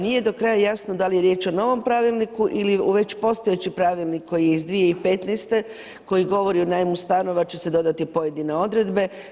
Nije do kraja jasno da li je riječ o novom pravilniku ili o već postojećem pravilniku koji je iz 2015. koji govori o najmu stanova će se dodati pojedine odredbe.